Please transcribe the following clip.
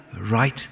right